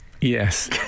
Yes